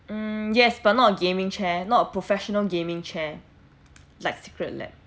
hmm yes but not gaming chair not professional gaming chair like secret lab